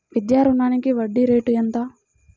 విద్యా రుణానికి వడ్డీ రేటు ఎంత?